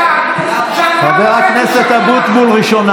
גם אם קשה לשמוע, אדוני היושב-ראש,